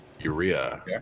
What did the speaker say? Urea